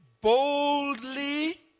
boldly